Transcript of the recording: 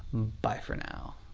bye for now.